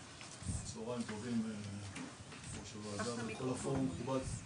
צהריים טובים ליושב ראש הוועדה ולכל הפורום המכובד.